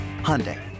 Hyundai